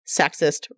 sexist